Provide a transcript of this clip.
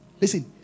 Listen